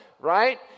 right